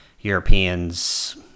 Europeans